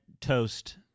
toast